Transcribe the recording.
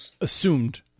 assumed